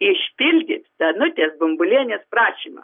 išpildyt danutės bumbulienės prašymą